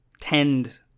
tend